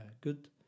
good